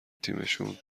تیمشون